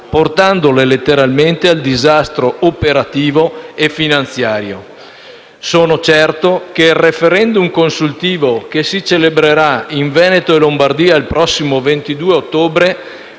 portandole letteralmente al disastro operativo e finanziario. Sono certo che il *referendum* consultivo che si celebrerà in Veneto e Lombardia il prossimo 22 ottobre